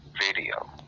video